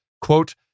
quote